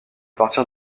partir